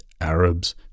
Arabs